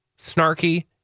snarky